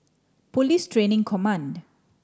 Police Training Command